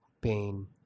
Pain